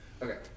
okay